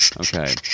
Okay